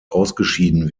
ausgeschieden